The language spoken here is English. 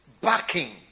backing